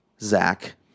Zach